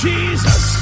Jesus